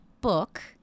book